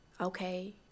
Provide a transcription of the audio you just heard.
okay